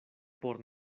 por